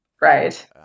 right